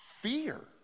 fear